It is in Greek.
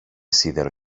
σίδερο